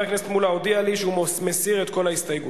אוקיי.